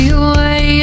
away